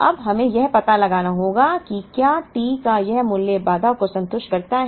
अब हमें यह पता लगाना होगा कि क्या T का यह मूल्य बाधा को संतुष्ट करता है